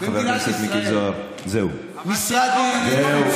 חבר הכנסת זוהר, לא יהיו 30